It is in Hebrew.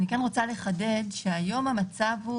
אני רוצה לחדד שהיום המצב הוא